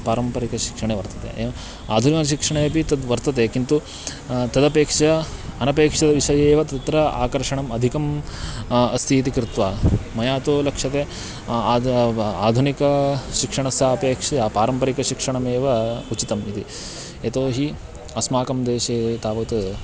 पारम्परिकशिक्षणे वर्तते एवं आधुनिकशिक्षणे अपि तद्वर्तते किन्तु तदपेक्षया अनपेक्षत विषये एव तत्र आकर्षणम् अधिकम् अस्ति इति कृत्वा मया तु लक्षते आदौ आधुनिकशिक्षणस्या अपेक्षा पारम्परिकशिक्षणमेव उचितम् इति यतोहि अस्माकं देशे तावत्